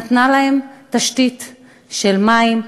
נתנה להם תשתית של מים,